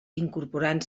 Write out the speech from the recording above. incorporant